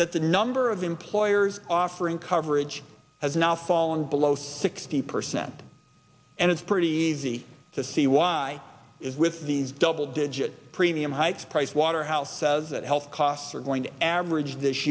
that the number of employers offering coverage has now fallen below sixty percent and it's pretty easy to see why is with these double digit premium hikes pricewaterhouse says that health costs are going to average this